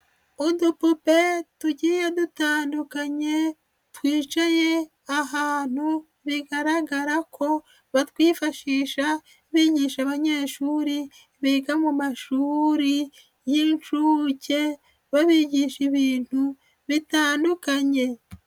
Udupupe tugiye dutandukanye twicaye ahantu bigaragara ko batwifashisha bigisha abanyeshuri biga mu mashuri y'inshuke babigisha ibintu bitandukanye.